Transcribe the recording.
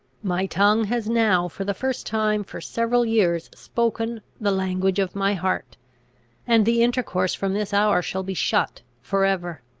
my tongue has now for the first time for several years spoken the language of my heart and the intercourse from this hour shall be shut for ever.